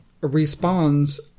responds